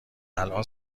الان